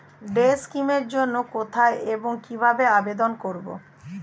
Day scheme এর জন্য কোথায় এবং কিভাবে আবেদন করব?